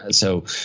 and so,